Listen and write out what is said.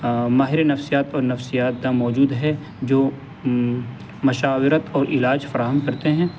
ماہر نفسیات پر نفسیات داں موجود ہے جو مشاورت اور علاج فراہم کرتے ہیں